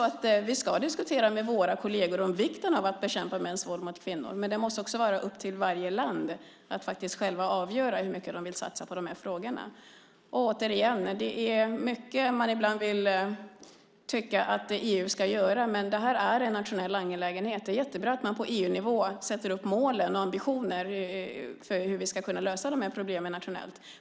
Vi ska diskutera med våra kolleger om vikten av att bekämpa mäns våld mot kvinnor. Men det måste också vara upp till varje land att faktiskt själva avgöra hur mycket de vill satsa på de här frågorna. Återigen: Det är mycket man ibland vill att EU ska göra. Men det här är en nationell angelägenhet. Det är jättebra att man på EU-nivå sätter upp målen och har ambitioner för hur vi ska kunna lösa de här problemen nationellt.